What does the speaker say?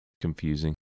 Confusing